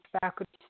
faculty